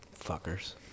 Fuckers